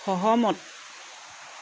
সহমত